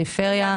ובפריפריה.